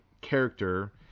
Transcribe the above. character –